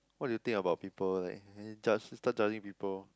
what do you think about people like judge start judging people